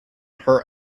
her